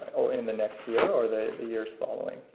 or in the next year or the the years following.